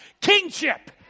kingship